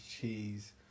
cheese